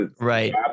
Right